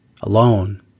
alone